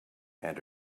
and